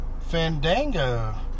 Fandango